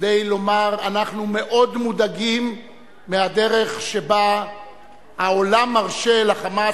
כדי לומר: אנחנו מאוד מודאגים מהדרך שבה העולם מרשה ל"חמאס"